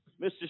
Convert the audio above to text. Mr